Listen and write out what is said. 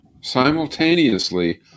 simultaneously